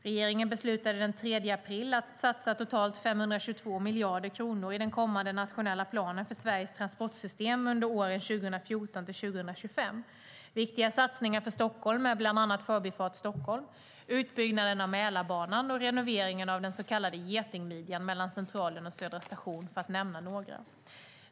Regeringen beslutade den 3 april att satsa totalt 522 miljarder kronor i den kommande nationella planen för Sveriges transportsystem under åren 2014-2025. Viktiga satsningar för Stockholm är bland annat Förbifart Stockholm, utbyggnaden av Mälarbanan och renoveringen av den så kallade getingmidjan mellan Centralen och Södra station, för att nämna några.